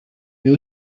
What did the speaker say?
mais